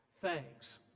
thanks